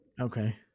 Okay